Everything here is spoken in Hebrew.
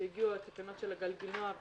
כשהגיעו התקנות של הגלגינוע,